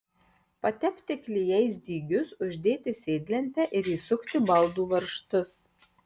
patepti klijais dygius uždėti sėdlentę ir įsukti baldų varžtus